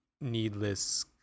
needless